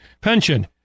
pension